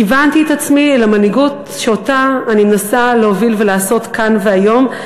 כיוונתי את עצמי אל המנהיגות שאותה אני מנסה להוביל ולעשות כאן היום.